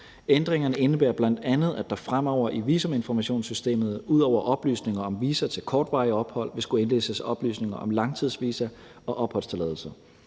Ændringerne indebærer bl.a., at der fremover i visuminformationssystemet ud over oplysninger om visa til kortvarige ophold vil skulle indlæses oplysninger om langtidsvisa og opholdstilladelse.